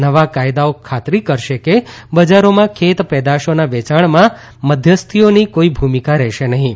નવા કાયદાઓ ખાતરી કરશે કે બજારોમાં ખેતપેદાશોના વેચાણમાં મધ્યસ્થીઓની કોઈ ભૂમિકા રહેશે નહીં